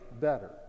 better